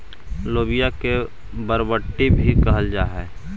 लोबिया के बरबट्टी भी कहल जा हई